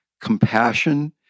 compassion